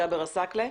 ג'אבר עסאקלה.